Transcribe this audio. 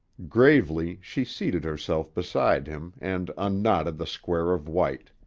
gravely she seated herself beside him and unknotted the square of white.